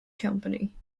company